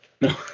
No